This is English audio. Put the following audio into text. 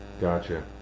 Gotcha